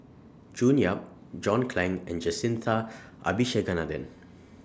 June Yap John Clang and Jacintha Abisheganaden